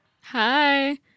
Hi